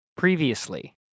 Previously